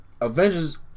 Avengers